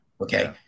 Okay